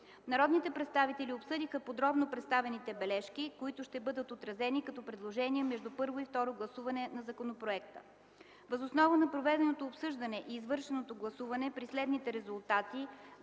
Народните представители обсъдиха подробно представените бележки, които ще бъдат отразени като предложения между първо и второ гласуване на законопроекта. Въз основа на проведеното обсъждане и извършеното гласуване при следните резултати: